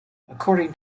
according